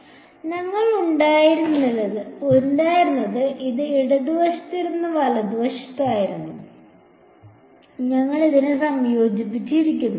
അതിനാൽ ഞങ്ങൾക്ക് ഉണ്ടായിരുന്നത് ഇത് ഇടതുവശത്തുള്ള വലതുവശത്തായിരുന്നു ഞങ്ങൾ ഇതിനെ സംയോജിപ്പിച്ചിരിക്കുന്നു